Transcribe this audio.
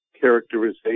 characterization